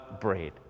bread